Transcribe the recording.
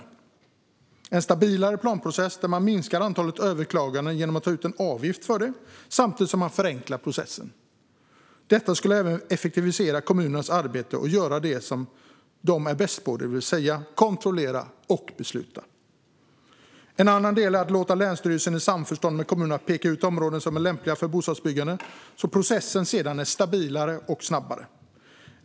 Med en stabilare planprocess där man minskar antalet överklaganden genom att ta ut avgift för dem samtidigt som man förenklar processen skulle även effektivisera kommunernas arbete. Då kan de göra det de är bäst på, det vill säga kontrollera och besluta. En annan del är att låta länsstyrelsen i samförstånd med kommunerna peka ut områden som är lämpliga för bostadsbyggande, så att processen blir stabilare och går snabbare.